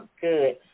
good